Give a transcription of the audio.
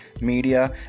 media